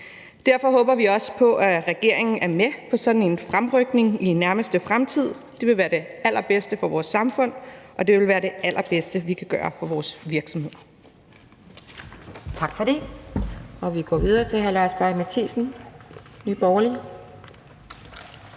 Derfor håber vi også på, at regeringen er med på sådan en fremrykning i nærmeste fremtid. Det vil være det allerbedste for vores samfund, og det vil være det allerbedste, vi kan gøre for vores virksomheder.